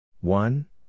One